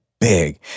big